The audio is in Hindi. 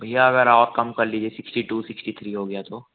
भैया अगर और कम कर लीजिए सिक्स्टी टू सिक्स्टी थ्री हो गया तो